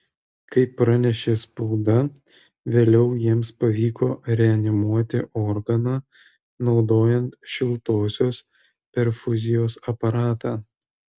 kaip pranešė spauda vėliau jiems pavyko reanimuoti organą naudojant šiltosios perfuzijos aparatą